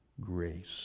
grace